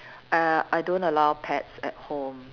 err I don't allow pets at home